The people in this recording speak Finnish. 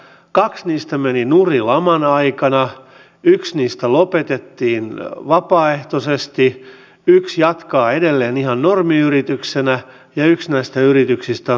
meillä on toiseksi eniten tutkijoita henkeä kohden maailmassa israelin jälkeen mutta viime vuosina tosiasiassa meillä kansantaloutemme ja vientimme korkean teknologian osuus on merkittävästi laskenut